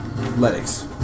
Athletics